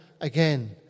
again